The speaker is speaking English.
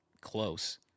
close